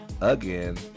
again